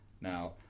Now